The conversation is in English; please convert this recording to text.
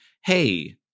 Hey